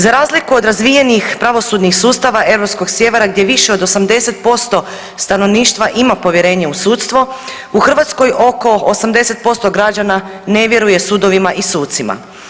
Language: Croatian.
Za razliku od razvijenih pravosudnih sustava europskog sjevera gdje više od 80% stanovništva ima povjerenje u sudstvo u Hrvatskoj oko 80% građana ne vjeruje sudovima i sucima.